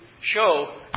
show